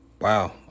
wow